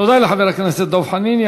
תודה לחבר הכנסת דב חנין.